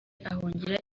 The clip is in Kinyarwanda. ahungira